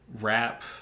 rap